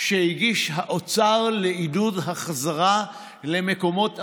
שהגיש האוצר לעידוד החזרה למקומות עבודה.